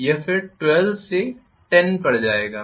यह फिर 12 से 10 पर जाएगा